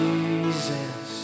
Jesus